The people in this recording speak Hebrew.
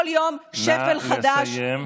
כל יום שפל חדש.